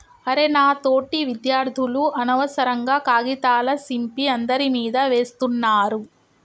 అరె నా తోటి విద్యార్థులు అనవసరంగా కాగితాల సింపి అందరి మీదా వేస్తున్నారు